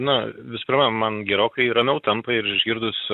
na visų pirma man gerokai ramiau tampa ir išgirdus